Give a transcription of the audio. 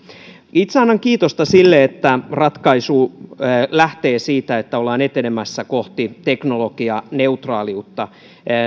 itse annan kiitosta sille että ratkaisu lähtee siitä että ollaan etenemässä kohti teknologianeutraaliutta